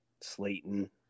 Slayton